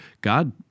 God